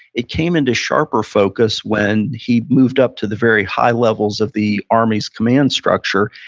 it came into sharper focus when he moved up to the very high levels of the army's command structure,